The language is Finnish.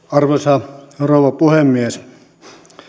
arvoisa rouva puhemies